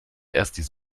erstis